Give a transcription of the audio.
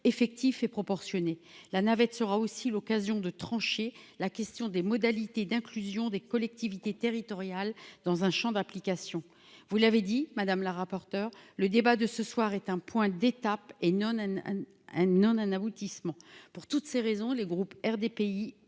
effectif et proportionnée, la navette sera aussi l'occasion de trancher la question des modalités d'inclusion des collectivités territoriales dans un Champ d'application, vous l'avez dit madame la rapporteure le débat de ce soir est un point d'étape et non un un un aboutissement pour toutes ces raisons, les groupes RDPI